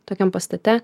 tokiam pastate